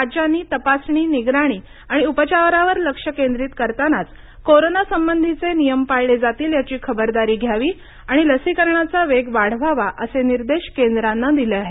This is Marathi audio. राज्यांनी तपासणी निगराणी आणि उपचारावर लक्ष केंद्रित करतानाच कोरोना संबधीचे नियम पाळले जातील याची खबरदारी घ्यावी आणि लसीकरणाचा वेग वाढवावा असे निर्देश केंद्रानं दिले आहेत